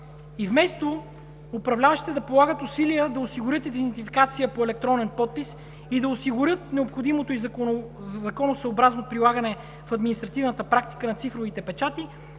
Вместо управляващите да полагат усилия да осигурят идентификация по електронен подпис и да осигурят необходимото законосъобразно прилагане в административната практика на цифровите печати,